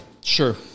Sure